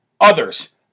others